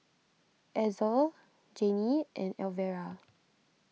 Ezell Janie and Elvera